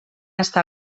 està